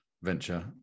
venture